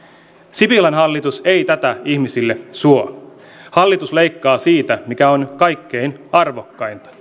sipilän hallitus ei tätä ihmisille suo hallitus leikkaa siitä mikä on kaikkein arvokkainta